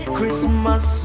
Christmas